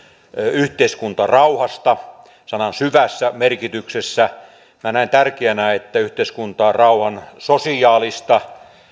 yhteiskuntarauhasta sanan syvässä merkityksessä minä näen tärkeänä että yhteiskuntarauhan sosiaalista